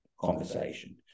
conversation